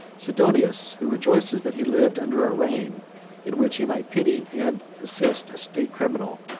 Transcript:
sidonius, who rejoices that he lived under a reign in which he might pity and assist a state criminal,